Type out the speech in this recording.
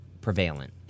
prevalent